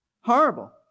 Horrible